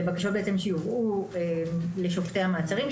אלה בקשות שבעצם יובאו לשופטי המאסרים,